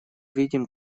видим